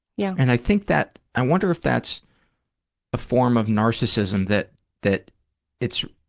yeah. and i think that, i wonder if that's a form of narcissism that that it's,